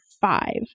five